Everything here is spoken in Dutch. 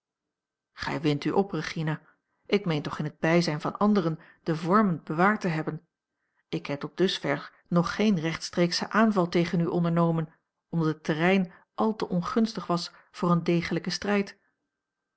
gij windt u op regina ik meen toch in het bijzijn van anderen de vormen bewaard te hebben ik heb tot dusver nog geen rechtstreekschen aanval tegen u ondernomen omdat het terrein al te ongunstig was voor een degelijken strijd